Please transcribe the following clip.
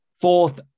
Fourth